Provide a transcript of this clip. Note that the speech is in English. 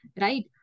Right